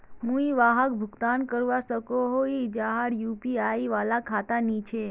मुई वहाक भुगतान करवा सकोहो ही जहार यु.पी.आई वाला खाता नी छे?